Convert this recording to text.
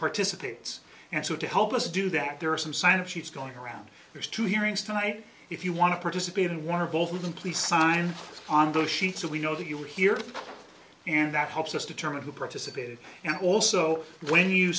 participates and so to help us do that there are some sign of sheets going around there's two hearings tonight if you want to participate in one or both of them please sign on those sheets so we know that you were here and that helps us determine who participated and also when you